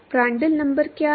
Prandtl number क्या है